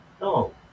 no